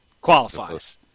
qualifies